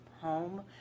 home